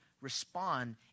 respond